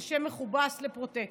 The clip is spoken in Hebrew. שהיא שם מכובס לפרוטקשן.